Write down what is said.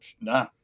Nah